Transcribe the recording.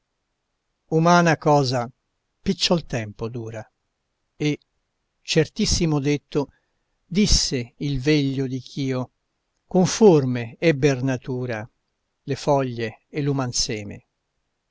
umana cosa picciol tempo dura e certissimo detto disse il veglio di chio conforme ebber natura le foglie e l'uman seme